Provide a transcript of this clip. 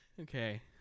Okay